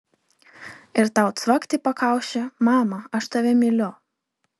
ir tau cvakt į pakaušį mama aš tave myliu